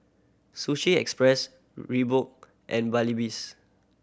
Sushi Express Reebok and Babyliss